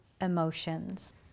emotions